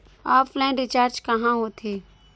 Offline recharge कहां होथे?